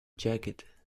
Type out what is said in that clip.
jacket